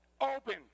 Open